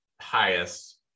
highest